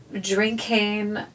drinking